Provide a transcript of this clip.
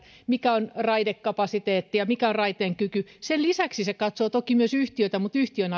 mikä on raidekapasiteetti ja mikä on raiteen kyky sen lisäksi se katsoo toki myös yhtiötä mutta yhtiön